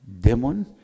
demon